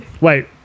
Wait